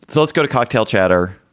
so let's go to cocktail chatter.